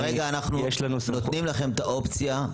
כרגע אנחנו נותנים לכם את האופציה,